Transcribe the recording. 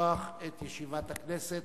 לפתוח את ישיבת הכנסת.